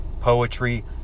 Poetry